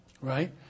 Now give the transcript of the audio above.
right